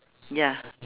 ya